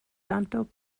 tanto